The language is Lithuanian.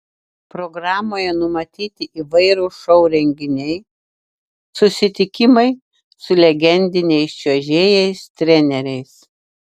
programoje numatyti įvairūs šou renginiai susitikimai su legendiniais čiuožėjais treneriais